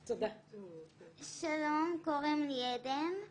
עדן: שלום, קוראים לי עדן.